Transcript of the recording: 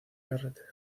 carreteras